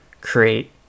create